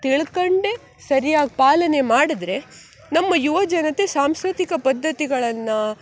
ತಿಳ್ಕಂಡು ಸರಿಯಾಗಿ ಪಾಲನೆ ಮಾಡಿದ್ರೆ ನಮ್ಮ ಯುವಜನತೆ ಸಾಂಸ್ಕೃತಿಕ ಪದ್ದತಿಗಳನ್ನು